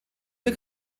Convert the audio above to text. ihr